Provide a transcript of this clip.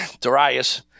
Darius